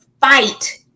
fight